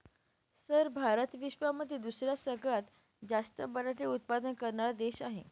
sir Bharat विश्वामध्ये दुसरा सगळ्यात जास्त बटाटे उत्पादन करणारा देश आहे